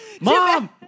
Mom